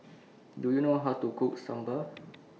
Do YOU know How to Cook Sambar